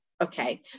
Okay